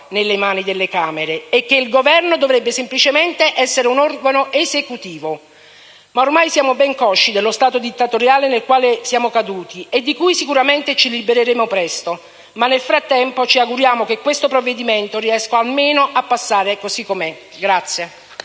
nelle mani delle Camere e che il Governo dovrebbe semplicemente essere un organo "esecutivo". Ma ormai siamo ben consci dello stato dittatoriale nel quale siamo caduti e di cui sicuramente ci libereremo presto. Nel frattempo, ci auguriamo che questo provvedimento riesca a passare, almeno così com'è.